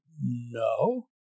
No